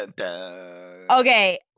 Okay